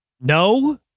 no